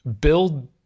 build